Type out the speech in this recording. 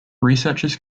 researchers